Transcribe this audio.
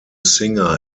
singer